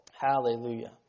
Hallelujah